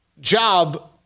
job